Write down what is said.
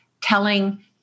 telling